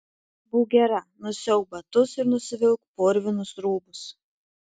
būk gera nusiauk batus ir nusivilk purvinus rūbus